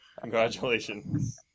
Congratulations